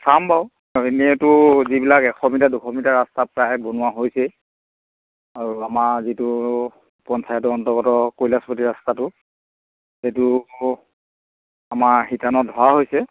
চাম বাৰু এনেতো যিবিলাক এশ মিটাৰ দুশ মিটাৰ ৰাস্তা প্ৰায়ে বনোৱা হৈছে আৰু আমাৰ যিটো পঞ্চায়তৰ অন্তৰ্গত কৈলাশপতি ৰাস্তাটো সেইটো আমাৰ শিতানত ধৰা হৈছে